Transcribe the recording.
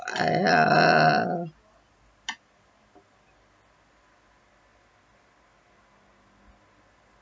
err